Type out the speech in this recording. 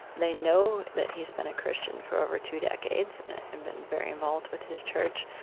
they know that he's been a christian for over two decades and been very involved with his church.